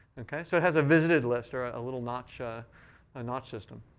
so it has a visited list, or a little notch ah ah notch system.